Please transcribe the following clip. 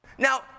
Now